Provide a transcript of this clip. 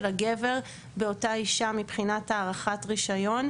הגבר באותה אישה מבחינת הארכת רישיון,